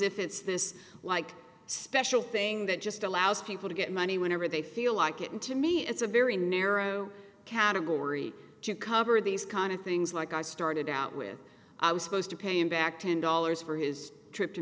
if it's this like special thing that just allows people to get money whenever they feel like it and to me it's a very narrow category to cover these kind of things like i started out with i was supposed to pay him back ten dollars for his trip to